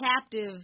captive